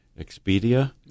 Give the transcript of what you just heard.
Expedia